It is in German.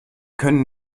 können